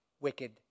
wicked